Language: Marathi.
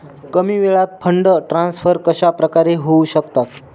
कमी वेळात फंड ट्रान्सफर कशाप्रकारे होऊ शकतात?